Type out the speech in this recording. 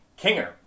Kinger